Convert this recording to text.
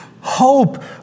hope